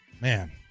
Man